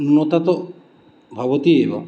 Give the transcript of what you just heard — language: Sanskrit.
नोता तु भवति एव